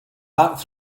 back